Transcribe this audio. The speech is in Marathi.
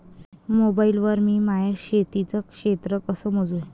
मोबाईल वर मी माया शेतीचं क्षेत्र कस मोजू?